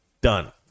Done